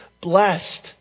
blessed